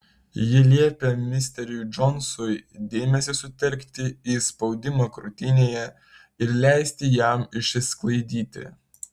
ji liepė misteriui džonsui dėmesį sutelkti į spaudimą krūtinėje ir leisti jam išsisklaidyti